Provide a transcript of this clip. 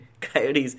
Coyote's